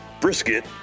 brisket